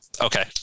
Okay